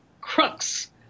crux